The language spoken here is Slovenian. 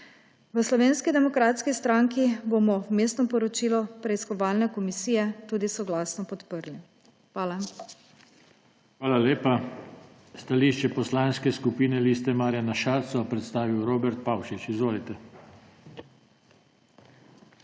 V Slovenski demokratski stranki bomo vmesno poročilo preiskovalne komisije tudi soglasno podprli. Hvala. PODPREDSEDNIK JOŽE TANKO: Hvala lepa. Stališče Poslanske skupine Liste Marjana Šarca bo predstavil Robert Pavšič. Izvolite.